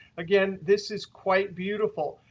again, this is quite beautiful.